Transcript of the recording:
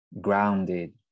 grounded